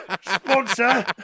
sponsor